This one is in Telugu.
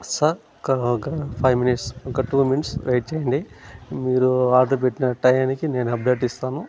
సర్ ఫైవ్ మినిట్స్ ఇంక టూ మినిట్స్ వేట్ చెయ్యండి మీరు ఆర్డర్ పెట్టినా టయానికి నేను అప్డేట్ ఇస్తాను